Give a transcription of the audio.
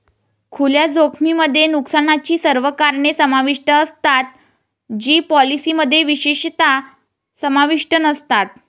खुल्या जोखमीमध्ये नुकसानाची सर्व कारणे समाविष्ट असतात जी पॉलिसीमध्ये विशेषतः समाविष्ट नसतात